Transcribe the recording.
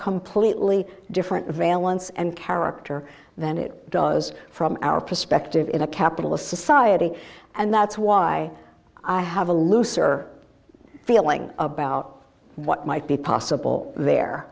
completely different valence and character than it does from our perspective in a capitalist society and that's why i have a looser feeling about what might be possible there